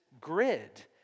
grid